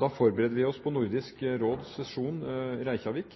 da forbereder vi oss på Nordisk Råds sesjon i Reykjavik.